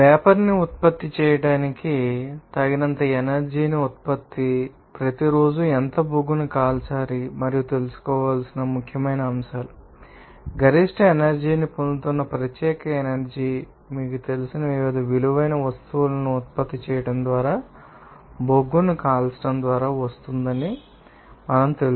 vapour ని ఉత్పత్తి చేయడానికి తగినంత ఎనర్జీ ని ఉత్పత్తి చేయడానికి ప్రతిరోజూ ఎంత బొగ్గును కాల్చాలి అని తెలుసుకోవలసిన మరొక ముఖ్యమైన అంశాలు మనకు గరిష్ట ఎనర్జీ ని పొందుతున్న ప్రత్యేక ఎనర్జీ మీకు తెలిసిన వివిధ విలువైన వస్తువులను ఉత్పత్తి చేయడం ద్వారా బొగ్గును కాల్చడం ద్వారా వస్తున్నదని మాకు తెలుసు